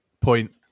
point